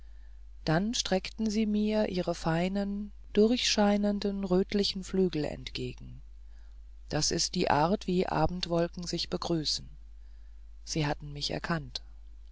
dann streckten sie mir ihre feinen durchscheinenden rötlichen flügel entgegen das ist die art wie abendwolken sich begrüßen sie hatten mich erkannt